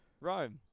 Rome